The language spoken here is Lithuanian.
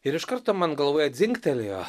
ir iš karto man galvoje dzingtelėjo